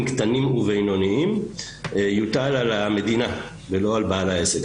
קטנים ובינוניים יוטל על המדינה ולא על בעל העסק.